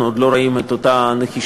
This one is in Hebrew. אנחנו עוד לא רואים את אותה נחישות